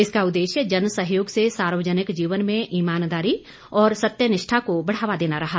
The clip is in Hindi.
इसका उददेश्य जन सहयोग से सार्वजनिक जीवन में ईमानदारी और सत्यनिष्ठा को बढ़ावा देना रहा